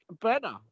better